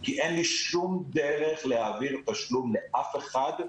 כי אין לי שום דרך להעביר תשלום לאף אחד,